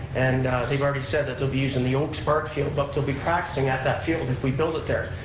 and they've already said that they'll be using the oakes park field but they'll be practicing at that field if we build it there,